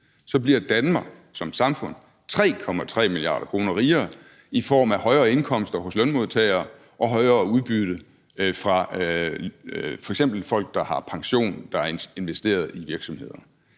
bliver Danmark som samfund 3,3 mia. kr. rigere i form af højere indkomster for lønmodtagere og højere udbytte f.eks. for folk, der har pension, der er investeret i virksomheder.